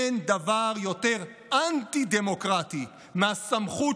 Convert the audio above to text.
אין דבר יותר אנטי-דמוקרטי מהסמכות